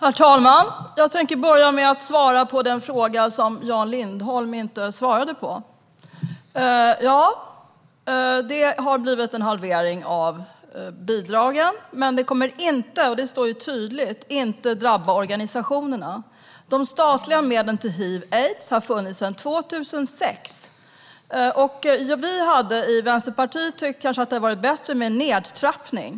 Herr talman! Jag tänker börja med att svara på den fråga Jan Lindholm inte svarade på. Ja, det har blivit en halvering av bidragen, men det kommer inte - det står tydligt - att drabba organisationerna. De statliga medlen till kampen mot hiv/aids har funnits sedan 2006, och vi i Vänsterpartiet tycker kanske att det hade varit bättre med en nedtrappning.